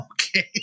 Okay